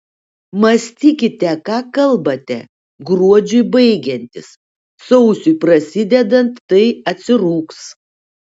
mąstykite ką kalbate gruodžiui baigiantis sausiui prasidedant tai atsirūgs